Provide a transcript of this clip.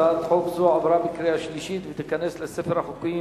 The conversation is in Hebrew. הצעת חוק זו עברה בקריאה שלישית ותיכנס לספר החוקים